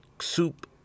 soup